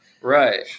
Right